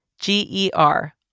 G-E-R